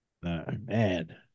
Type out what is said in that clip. man